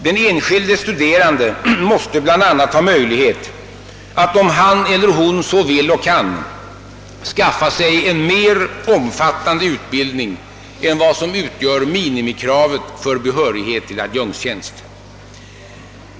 Den enskilde studeranden måste bl.a. ha möjlighet att, om han eller hon så vill och kan, skaffa sig en mer omfattande utbildning än vad som utgör minimikravet för behörighet till adjunktstjänst.